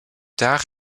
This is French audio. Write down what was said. tard